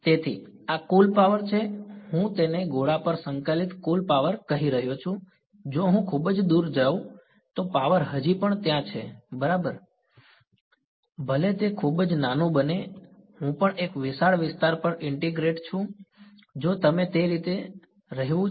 તેથી આ કુલ પાવર છે હું તેને ગોળા પર સંકલિત કુલ પાવર કહી રહ્યો છું જો હું ખૂબ જ દૂર જાઉં તો પાવર હજી પણ ત્યાં છે તે બરાબર ચાલે છે ભલે તે ખૂબ જ નાનું બને હું પણ એક વિશાળ વિસ્તાર પર ઇન્ટીગ્રેટ છું જો તમે તે રીતે બરાબર રહેવું છે